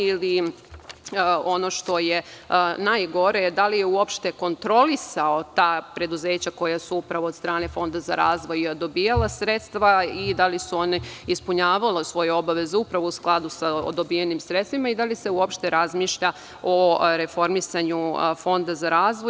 Ili, ono što je najgore, da li je uopšte kontrolisao ta preduzeća koja su upravo od strane Fonda za razvoj dobijala sredstva i da li su oni ispunjavali svoju obavezu upravo u skladu sa dobijenim sredstvima i da li se uopšte razmišlja o reformisanju Fonda za razvoj?